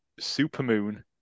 Supermoon